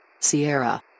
Sierra